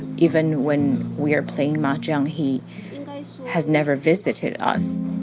even when we are playing mahjong, he has never visited us.